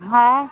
है